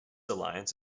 alliance